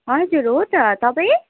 हजुर हो त तपाईँ